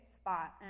spot